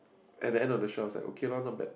and then end of show it's like okay loh not bad